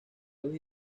los